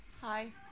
Hi